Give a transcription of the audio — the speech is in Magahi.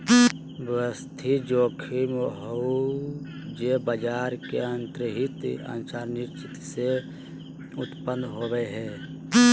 व्यवस्थित जोखिम उ हइ जे बाजार के अंतर्निहित अनिश्चितता से उत्पन्न होवो हइ